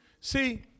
See